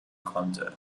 konnte